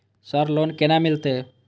Sir loan केना मिलते?